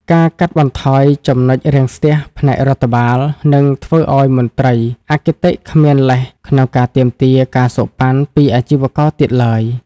ការកាត់បន្ថយ ចំណុចរាំងស្ទះ ផ្នែករដ្ឋបាល នឹងធ្វើឱ្យមន្ត្រីអគតិគ្មានលេសក្នុងការទាមទារ ការសូកប៉ាន់ ពីអាជីវករទៀតឡើយ។